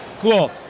Cool